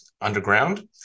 underground